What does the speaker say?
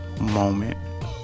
moment